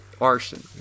arson